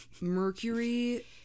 Mercury